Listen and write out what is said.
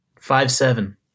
Five-seven